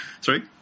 Sorry